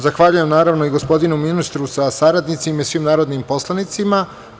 Zahvaljujem, naravno i gospodinu ministru sa saradnicima i svim narodnim poslanicima.